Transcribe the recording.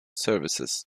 services